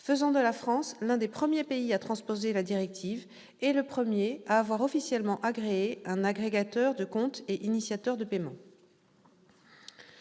faisant de la France l'un des premiers pays à transposer la directive, et le premier à avoir officiellement agréé un agrégateur de compte et initiateur de paiement.